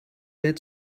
wer